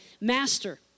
master